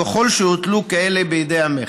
ככל שהוטלו כאלה בידי המכס.